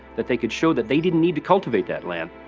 that they could show that they didn't need to cultivate that land.